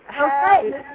Okay